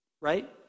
right